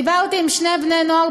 דיברתי עם שני בני נוער,